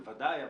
בוודאי,